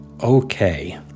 Okay